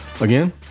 again